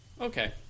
Okay